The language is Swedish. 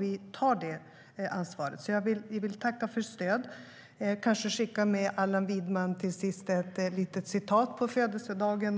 Vi tar det ansvaret. Vi vill tacka för stöd, och kanske allra sist skicka med Allan Widman ett litet citat på födelsedagen.